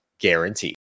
guaranteed